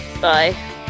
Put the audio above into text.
bye